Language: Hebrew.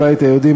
הבית היהודי,